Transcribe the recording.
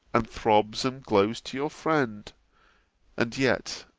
and throbs, and glows, to your friend and yet,